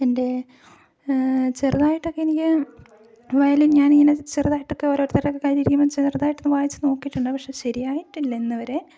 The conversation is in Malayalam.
എൻ്റെ ചെറുതായിട്ടൊക്കെ എനിക്ക് വയലിൻ ഞാൻ ഇങ്ങനെ ചെറുതായിട്ടൊക്കെ ഓരോരുത്തരുടെയൊക്കെ കയ്യിലിരിക്കുമ്പം ചെറുതായിട്ടൊന്ന് വായിച്ചു നോക്കിയിട്ടുണ്ട് പക്ഷേ ശരിയായിട്ടില്ല ഇന്നുവരെ